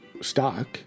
stock